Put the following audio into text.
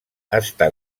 està